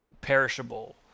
perishable